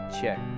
Check